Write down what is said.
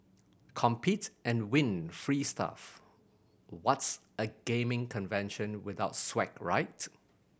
compete and win free stuff what's a gaming convention without swag right